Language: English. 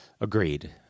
Agreed